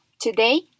today